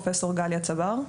פרופ' גליה צבר,